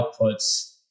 outputs